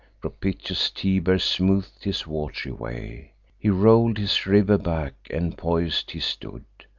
propitious tiber smooth'd his wat'ry way he roll'd his river back, and pois'd he stood,